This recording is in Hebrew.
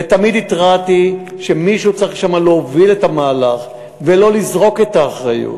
ותמיד התרעתי שמישהו צריך להוביל שם את המהלך ולא לזרוק את האחריות.